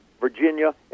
Virginia